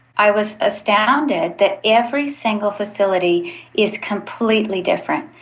i was astounded that every single facility is completely different.